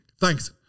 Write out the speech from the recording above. Thanks